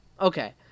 Okay